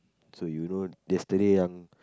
so you know yesterday yang